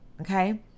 okay